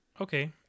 Okay